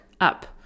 up